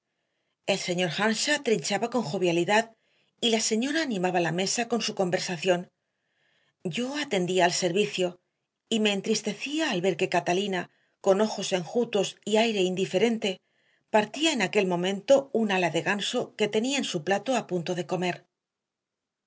el señor earnshaw trinchaba con jovialidad y la señora animaba la mesa con su conversación yo atendía al servicio y me entristecía al ver que catalina con ojos enjutos y aire indiferente partía en aquel momento un ala de ganso que tenía en su plato a punto de comer